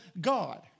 God